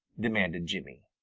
demanded jimmy.